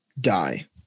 die